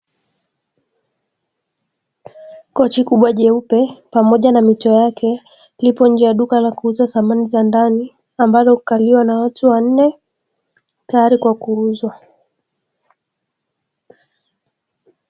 Kochi kubwa jeupe, pamoja na mito yake lipo nje ya duka la kuuza samani za ndani, ambalo hukaliwa na watu wanne tayari kwa kuuzwa.